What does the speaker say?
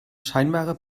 scheinbare